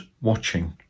watching